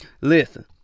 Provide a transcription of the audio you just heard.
listen